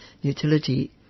utility